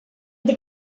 the